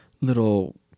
little